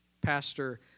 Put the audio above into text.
Pastor